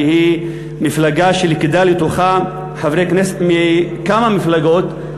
שהיא מפלגה שליכדה לתוכה חברי כנסת מכמה מפלגות,